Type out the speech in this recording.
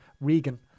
Regan